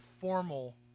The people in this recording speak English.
formal